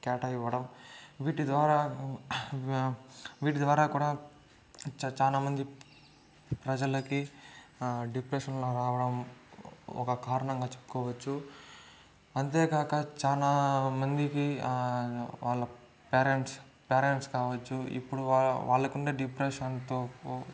కేటా ఇవ్వడం వీటి ద్వారా వీటి ద్వారా కూడా చాలా చాలా మంది ప్రజలకి డిప్రెషన్లో రావడం ఒక కారణంగా చెప్పుకోవచ్చు అంతేకాక చాలా మందికి వాళ్ళ పేరెంట్స్ పేరెంట్స్ కావచ్చు ఇప్పుడు వాళ్ల వాళ్లకు ఉండే డిప్రెషన్తో